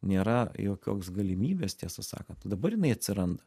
nėra jokios galimybės tiesą sakant dabar jinai atsiranda